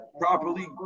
properly